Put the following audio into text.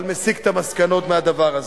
אבל מסיק את המסקנות מהדבר הזה.